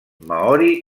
maori